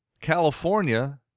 California